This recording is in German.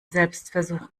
selbstversuch